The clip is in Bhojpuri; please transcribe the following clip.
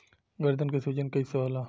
गर्दन के सूजन कईसे होला?